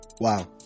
Wow